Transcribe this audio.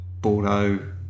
bordeaux